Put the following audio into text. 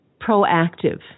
proactive